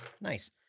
nice